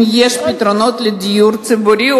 אם יש פתרונות לדיור ציבורי,